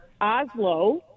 Oslo